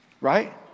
Right